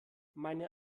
meine